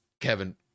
Kevin